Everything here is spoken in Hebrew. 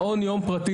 מעון יום פרטי,